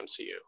MCU